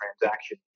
transaction